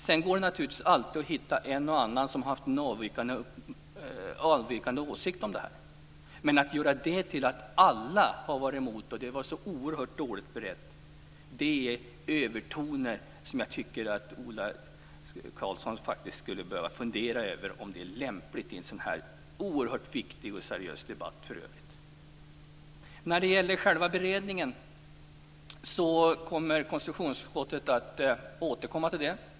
Sedan går det naturligtvis alltid att hitta en och annan som har haft en avvikande åsikt om saken, men att göra det till att alla har varit emot förslaget och sagt att det var oerhört dåligt berett är att ta till övertoner, och jag tycker faktiskt att Ola Karlsson borde fundera över om det är lämpligt i en sådan här oerhört viktig och seriös debatt. Konstitutionsutskottet kommer att återkomma till själva beredningen.